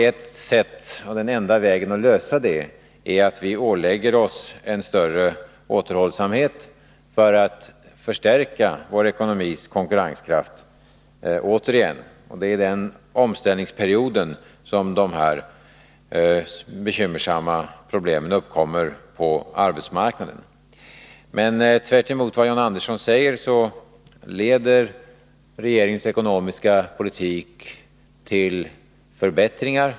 Ett sätt, och den enda vägen, att lösa problemen är att vi ålägger oss en större återhållsamhet för att återigen kunna förstärka vår ekonomis konkurrenskraft. Det är under den omställningsperioden som problemen uppkommer på arbetsmarknaden. Men tvärtemot vad John Andersson säger leder regeringens ekonomiska politik till förbättringar.